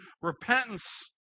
repentance